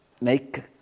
make